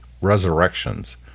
Resurrections